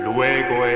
Luego